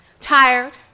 tired